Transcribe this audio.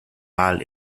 mal